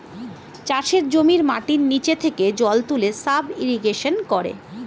চাষের জমির মাটির নিচে থেকে জল তুলে সাব ইরিগেশন করে